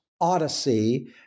Odyssey